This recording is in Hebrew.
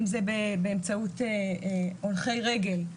אם זה באמצעות הולכי רגל,